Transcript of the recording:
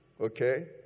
okay